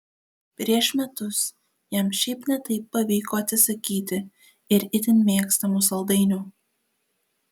prieš metus jam šiaip ne taip pavyko atsisakyti ir itin mėgstamų saldainių